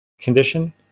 condition